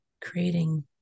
creating